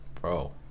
Bro